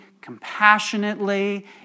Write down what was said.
compassionately